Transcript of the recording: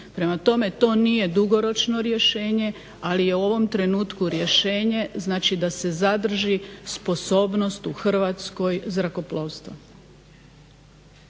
Prema tome, to nije dugoročno rješenje ali je u ovom trenutku rješenje da se zadrži sposobnost u Hrvatskoj zrakoplovstva.